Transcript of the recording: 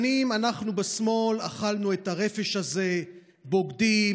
שנים אנחנו בשמאל אכלנו את הרפש הזה: בוגדים,